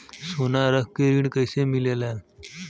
सोना रख के ऋण कैसे मिलेला?